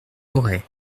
auray